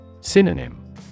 Synonym